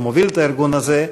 או מוביל את הארגון הזה,